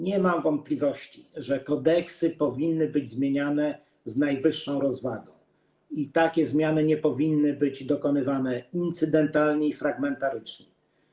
Nie mam wątpliwości, że kodeksy powinny być zmieniane z najwyższą rozwagą i takie zmiany nie powinny być dokonywane incydentalnie ani fragmentarycznie.